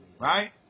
right